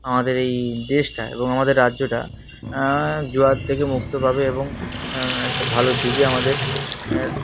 আমাদের এই দেশটা এবং আমাদের রাজ্যটা জুয়ার থেকে মুক্তি পাবে এবং একটা ভালো দিকে আমাদের